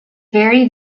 vary